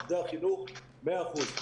עובדי החינוך - מאה אחוז,